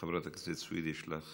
חברת הכנסת סויד, יש לך